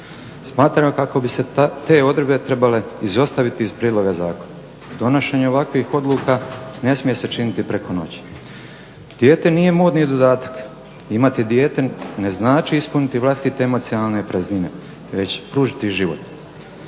Smatramo kako bi se te odredbe trebale izostaviti iz prijedloga zakona. Donošenje ovakvih odluka ne smije se činiti preko noći. Dijete nije modni dodatak. Imati dijete ne znači ispuniti vlastite emocionalne praznine već pružiti život.